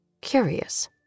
Curious